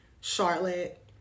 Charlotte